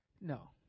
No